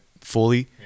fully